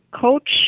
coach